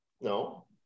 No